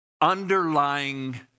underlying